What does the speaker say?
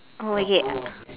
oh okay